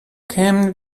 kämen